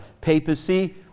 papacy